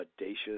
audacious